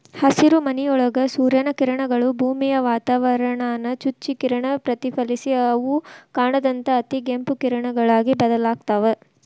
ಹಸಿರುಮನಿಯೊಳಗ ಸೂರ್ಯನ ಕಿರಣಗಳು, ಭೂಮಿಯ ವಾತಾವರಣಾನ ಚುಚ್ಚಿ ಕಿರಣ ಪ್ರತಿಫಲಿಸಿ ಅವು ಕಾಣದಂತ ಅತಿಗೆಂಪು ಕಿರಣಗಳಾಗಿ ಬದಲಾಗ್ತಾವ